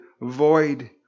void